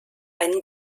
einen